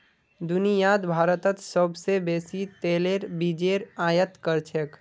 दुनियात भारतत सोबसे बेसी तेलेर बीजेर आयत कर छेक